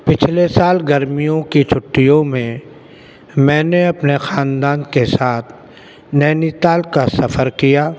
پچھلے سال گرمیوں کی چھٹیوں میں میں نے اپنے خاندان کے ساتھ نینی تال کا سفر کیا